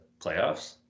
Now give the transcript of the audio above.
playoffs